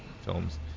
films